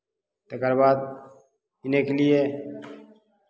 तकर बाद इने के लिए